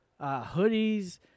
hoodies